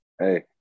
Hey